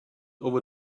over